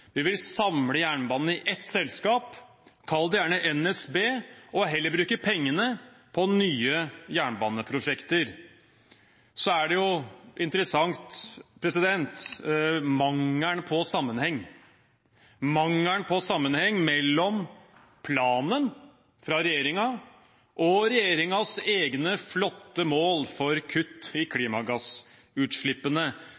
Vi vil samle jernbanen i ett selskap, kall det gjerne NSB, og heller bruke pengene på nye jernbaneprosjekter. Så er det interessant å se mangelen på sammenheng mellom planen fra regjeringen og regjeringens egne flotte mål for kutt i